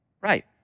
right